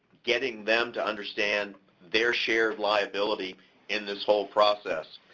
getting them to understand their shared liability in this whole process.